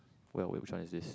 where which one is this